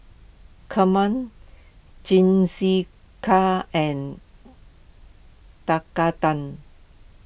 Kheema Jingisukan and Tekkadon